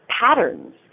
patterns